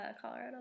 Colorado